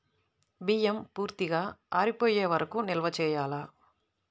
బియ్యం పూర్తిగా ఆరిపోయే వరకు నిల్వ చేయాలా?